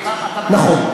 נכון.